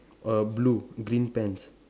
err blue green pants